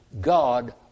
God